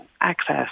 access